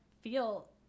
feel